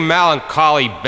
Melancholy